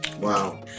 Wow